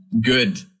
Good